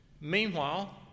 Meanwhile